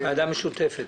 ועדה משותפת.